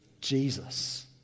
Jesus